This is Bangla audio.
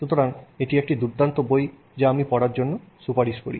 সুতরাং এটি একটি দুর্দান্ত বই যা আমি পড়ার জন্য সুপারিশ করি